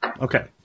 Okay